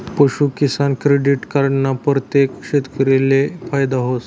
पशूकिसान credit card ना परतेक शेतकरीले फायदा व्हस